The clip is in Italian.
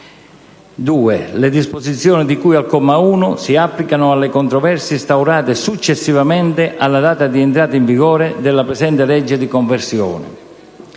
«2. Le disposizioni di cui al comma 1 si applicano alle controversie instaurate successivamente alla data di entrata in vigore della presente legge di conversione».